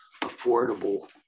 affordable